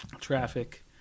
traffic